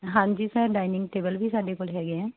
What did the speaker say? ਹਾਂਜੀ sir dining table ਵੀ ਸਾਡੇ ਕੋਲ ਹੈਗੇ ਹੈ